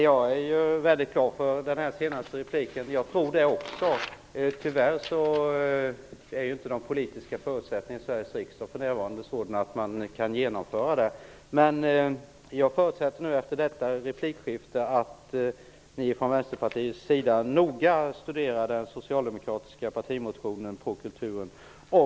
Herr talman! Jag är mycket glad för den senaste repliken. Också jag tror att det förhåller sig på detta sätt. Tyvärr är inte de politiska förutsättningarna i Sveriges riksdag för närvarande sådana att man kan genomföra detta, men jag förutsätter efter detta replikskifte att ni inom Vänsterpartiet noga studerar den socialdemokratiska partimotionen på kulturområdet.